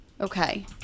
okay